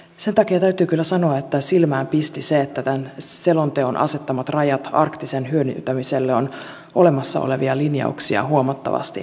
sen takia täytyy kyllä sanoa että silmään pisti se että tämän selonteon asettamat rajat arktisen hyödyntämiselle ovat olemassa olevia linjauksia huomattavasti väljemmät